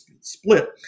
split